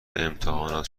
امتحانات